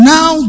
Now